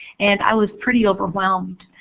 and i was pretty overwhelmed.